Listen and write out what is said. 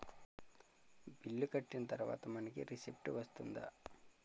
Bill కట్టిన తర్వాత మనకి రిసీప్ట్ వస్తుందా?